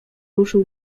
ruszył